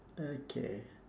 okay